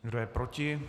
Kdo je proti?